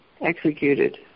executed